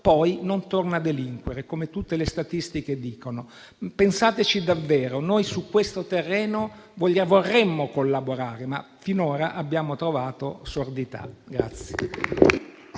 poi non torna a delinquere, come dicono tutte le statistiche. Pensateci davvero. Noi su questo terreno vorremmo collaborare, ma finora abbiamo trovato sordità.